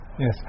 Yes